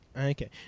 Okay